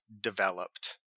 developed